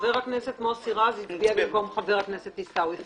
חבר הכנסת מוסי רז הצביע במקום חבר הכנסת עיסאווי פריג'.